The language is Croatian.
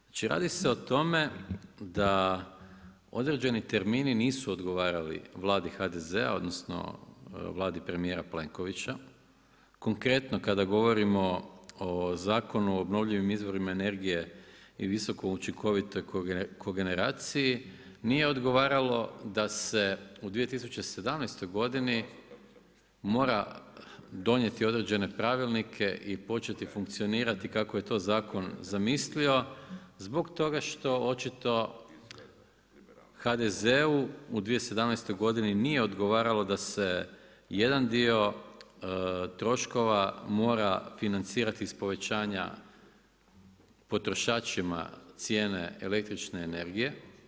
Znači radi se o tome da određeni termini nisu odgovarali Vladi HDZ-a, odnosno Vladi premijera Plenkovića, konkretno kada govorimo o Zakonu o obnovljivim izvorima energije i visoko učinkovitoj kogeneraciji, nije odgovaralo da se u 2017. godini mora donijeti određene pravilnike i početi funkcionirati kako je to zakon zamislio zbog toga što očito HZD-u u 2017. godini nije odgovaralo da se jedan dio troškova mora financirati iz povećanja potrošačima cijene električne energije.